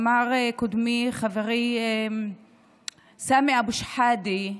אמר קודמי, חברי סמי אבו שחאדה,